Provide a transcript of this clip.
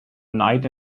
knight